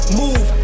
move